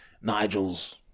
nigel's